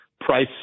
price